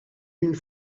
une